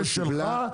בנושא שלך?